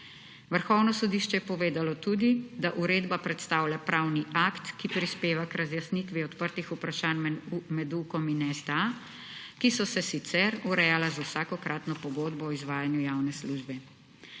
Vrhovno sodišče je povedalo tudi, da uredba predstavlja pravni akt, ki prispeva k razjasnitvi odprtih vprašanj med Ukom in STA, ki so se sicer urejala z vsakokratno pogodbo o izvajanju javne službe.